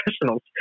professionals